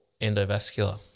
endovascular